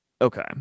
okay